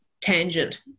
tangent